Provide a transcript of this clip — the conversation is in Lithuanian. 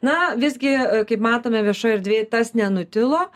na visgi kaip matome viešojoj erdvėj tas nenutilo